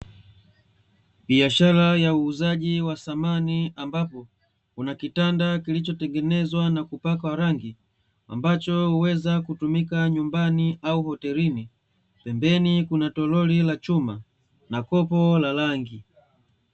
Biashara ya uuzaji wa thamani, ambapo kuna kitanda kilichotengenezwa na kupakwa rangi, ambacho huweza kutumika nyumbani au hotelini, pembeni kuna toroli la chuma na kopo la rangi.